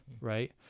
Right